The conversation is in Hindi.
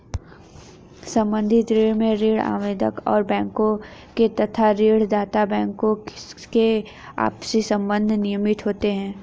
संबद्ध ऋण में ऋण आवेदक और बैंकों के तथा ऋण दाता बैंकों के आपसी संबंध नियमित होते हैं